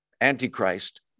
antichrist